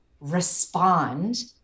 respond